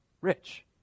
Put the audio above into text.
rich